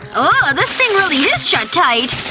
ah this thing really is shut tight!